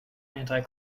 anti